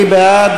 מי בעד?